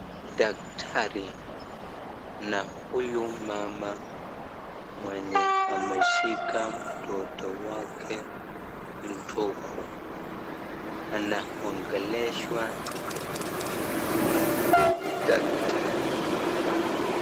Daktari na huyu mama mwenye ameshika mtoto wake mdogo anaongeleshwa na daktari.